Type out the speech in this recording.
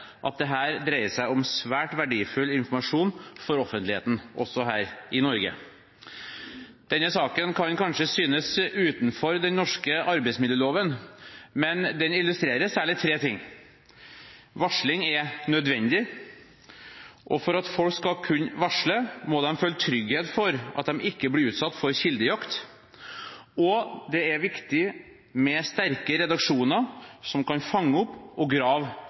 – også her i Norge. Denne saken kan kanskje synes å være utenfor den norske arbeidsmiljøloven, men den illustrerer særlig tre ting: Varsling er nødvendig, for at folk skal kunne varsle, må de føle trygghet for at de ikke blir utsatt for kildejakt, og det er viktig med sterke redaksjoner som kan fange opp og grave